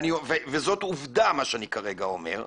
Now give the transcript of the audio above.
וזאת עובדה מה שאני כרגע אומר,